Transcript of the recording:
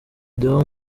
deo